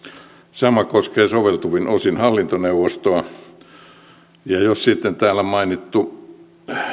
sama koskee soveltuvin osin hallintoneuvostoa jos sitten täällä mainittu